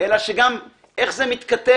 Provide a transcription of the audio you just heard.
אלא גם איך זה מתכתב